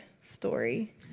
story